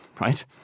right